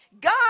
God